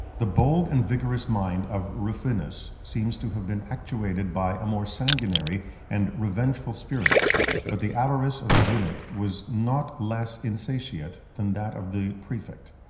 the bold and vigorous mind of rufinus seems to have been actuated by a more sanguinary and revengeful spirit but the avarice of the eunuch was not less insatiate than that of the praefect.